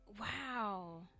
Wow